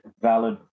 valid